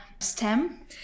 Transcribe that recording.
stem